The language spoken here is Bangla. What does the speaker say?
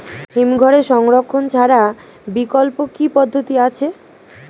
হিমঘরে সংরক্ষণ ছাড়া বিকল্প কি পদ্ধতি আছে?